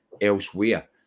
elsewhere